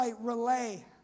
relay